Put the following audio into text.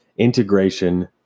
Integration